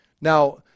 Now